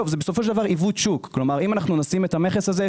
אם אנחנו מסירים את המכס הזה,